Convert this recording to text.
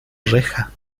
reja